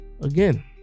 again